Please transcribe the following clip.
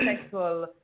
sexual